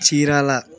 Chirala